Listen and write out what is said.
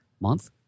month